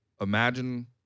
imagine